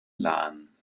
lahn